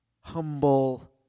humble